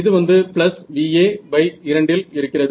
இது வந்து VA2 இல் இருக்கிறது